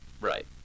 Right